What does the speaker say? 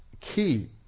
key